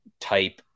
type